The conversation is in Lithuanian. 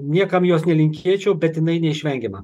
niekam jos nelinkėčiau bet jinai neišvengiama